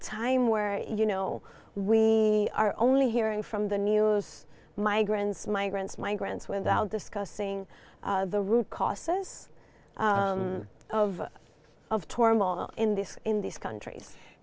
time where you know we are only hearing from the news migrants migrants migrants without discussing the root causes of of torme or in this in these countries